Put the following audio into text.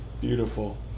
Beautiful